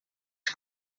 que